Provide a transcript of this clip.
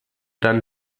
dann